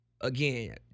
Again